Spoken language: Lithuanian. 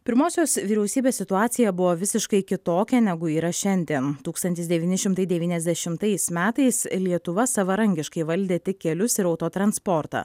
pirmosios vyriausybės situacija buvo visiškai kitokia negu yra šiandien tūkstantis devyni šimtai devyniasdešimtais metais lietuva savarankiškai valdė tik kelius ir autotransportą